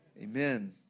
amen